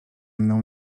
mną